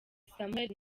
samuel